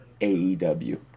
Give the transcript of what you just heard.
AEW